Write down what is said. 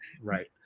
Right